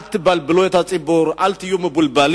אל תבלבלו את הציבור, אל תהיו מבולבלים.